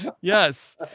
Yes